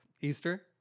Easter